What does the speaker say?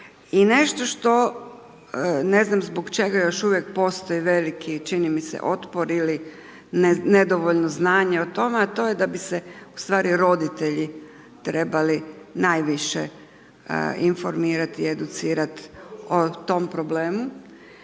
I nešto što, ne znam zbog čega još uvijek postoji, veliki, čini mi se otpor ili nedovoljno znanje o tome, a to je da bi se ustvari roditelji trebali najviše informirati i educirati o tom problemu.